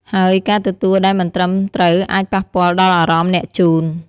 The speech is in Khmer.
ហើយការទទួលដែលមិនត្រឹមត្រូវអាចប៉ះពាល់ដល់អារម្មណ៍អ្នកជូន។